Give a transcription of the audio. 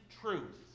truth